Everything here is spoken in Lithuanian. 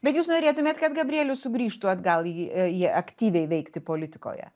bet jūs norėtumėt kad gabrielius sugrįžtų atgal į į aktyviai veikti politikoje